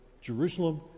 Jerusalem